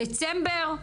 דצמבר,